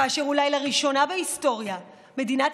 כאשר אולי לראשונה בהיסטוריה מדינת